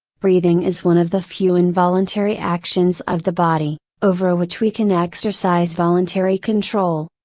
breathing is one of the few involuntary actions of the body, over which we can exercise voluntary control.